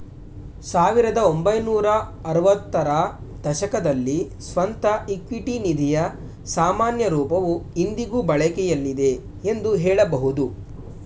ಸಾವಿರದ ಒಂಬೈನೂರ ಆರವತ್ತ ರ ದಶಕದಲ್ಲಿ ಸ್ವಂತ ಇಕ್ವಿಟಿ ನಿಧಿಯ ಸಾಮಾನ್ಯ ರೂಪವು ಇಂದಿಗೂ ಬಳಕೆಯಲ್ಲಿದೆ ಎಂದು ಹೇಳಬಹುದು